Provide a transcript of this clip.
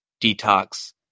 detox